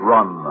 Run